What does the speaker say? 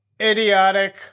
Idiotic